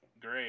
Great